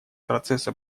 процесса